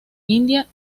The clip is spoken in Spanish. india